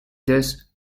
this